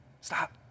stop